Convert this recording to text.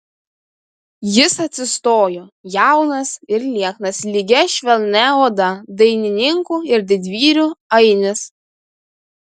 jis atsistojo jaunas ir lieknas lygia švelnia oda dainininkų ir didvyrių ainis